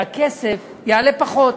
והכסף יעלה פחות.